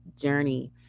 journey